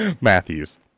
Matthews